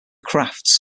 crafts